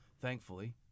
Thankfully